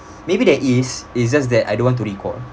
maybe there is it's just that I don't want to recall